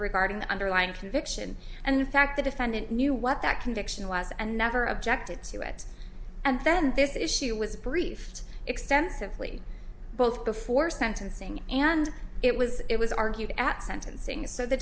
regarding the underlying conviction and in fact the defendant knew what that conviction was and never objected to it and then this issue was briefed extensively both before sentencing and it was it was argued at sentencing so the